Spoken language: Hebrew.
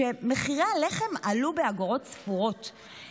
כשמחירי הלחם עלו באגורות ספורות,